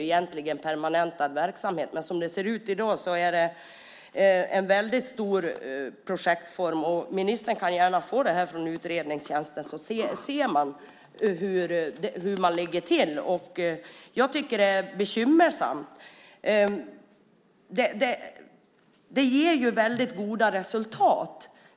Men som det ser ut i dag har projekten en väldigt stor omfattning. Ministern kan gärna få materialet från utredningstjänsten så att hon ser hur man ligger till. Krami ger väldigt goda resultat.